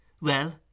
Well